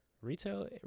Retail